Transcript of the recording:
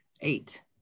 eight